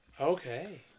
Okay